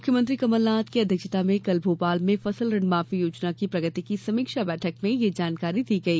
मुख्यमंत्री कमल नाथ की अध्यक्षता में कल भोपाल में फसल ऋण माफी योजना की प्रगति की समीक्षा बैठक में यह जानकारी दी गई